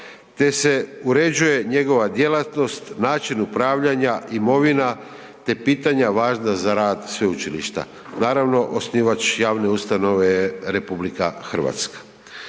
te se uređuje njegova djelatnost, način upravljanja imovina te pitanja važna za rad Sveučilišta. Naravno, osnivač javne ustanove je RH.